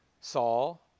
Saul